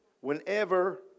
whenever